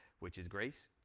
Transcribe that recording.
which is great.